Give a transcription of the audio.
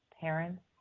parents